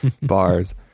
bars